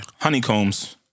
Honeycombs